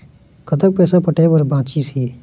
कतक पैसा पटाए बर बचीस हे?